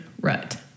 rut